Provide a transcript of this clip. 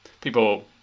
people